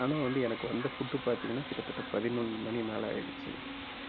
ஆனால் வந்து எனக்கு வந்து ஃபுட்டு பார்த்தீங்கனா கிட்டத்தட்ட பதினொன்று மணி மேலே ஆயிடுச்சு